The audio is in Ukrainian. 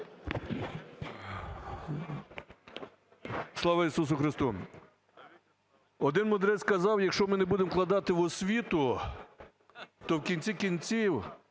Слава Ісусу Христу! Один мудрець казав, якщо ми не будемо вкладати в освіту, то в кінці кінців